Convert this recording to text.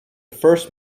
first